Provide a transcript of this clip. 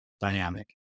dynamic